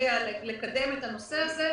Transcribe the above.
תסייע לקדם את הנושא הזה,